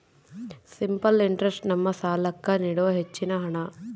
simple interest ನಮ್ಮ ಸಾಲ್ಲಾಕ್ಕ ನೀಡುವ ಹೆಚ್ಚಿನ ಹಣ್ಣ